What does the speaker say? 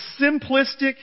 simplistic